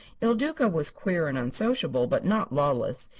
il duca was queer and unsociable, but not lawless.